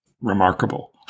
remarkable